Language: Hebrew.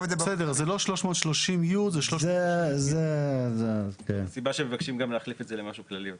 זה לא 330י. זאת הסיבה שמבקשים גם להחליף את זה למשהו כללי יותר.